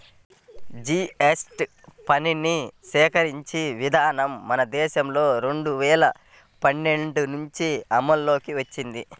GST పన్నుని సేకరించే విధానం మన దేశంలో రెండు వేల పదిహేడు నుంచి అమల్లోకి వచ్చింది